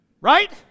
Right